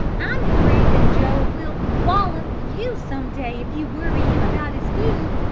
i'm afraid that joe will wallop you some day if you worry him about his food,